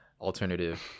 alternative